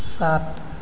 سات